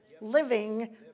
living